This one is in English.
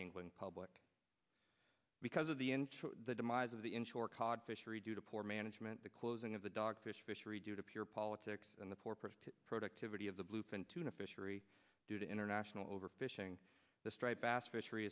england public because of the ensure the demise of the insurer cod fishery due to poor management the closing of the dog fish fishery due to pure politics and the poor priest productivity of the bluefin tuna fishery due to international overfishing the striped bass fishery